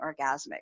orgasmic